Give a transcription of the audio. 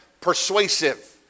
persuasive